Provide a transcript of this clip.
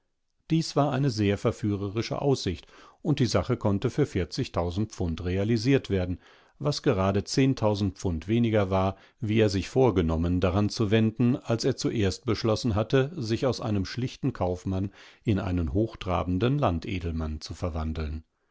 dies war eine sehr verführerische aussicht und die sache konnte fürvierzigtausendpfundrealisiertwerden wasgeradezehntausendpfundwenigerwar wie er sich vorgenommen daran zu wenden als er zuerst beschlossen hatte sich aus einem schlichten kaufmann in einen hochtrabenden landedelmann zu verwandeln